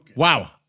Wow